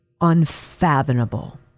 unfathomable